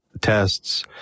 tests